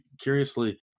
curiously